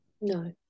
no